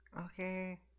Okay